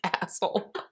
asshole